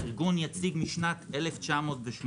ארגון יציג משנת 1908,